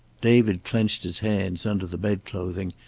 david clenched his hands under the bed-clothing,